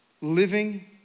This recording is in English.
living